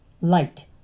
light